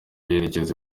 yerekeza